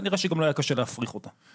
כנראה שגם לא היה קשה להפריך אותה.